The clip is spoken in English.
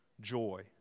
joy